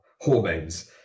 hormones